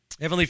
Heavenly